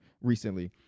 recently